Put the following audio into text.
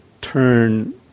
turn